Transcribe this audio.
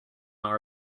our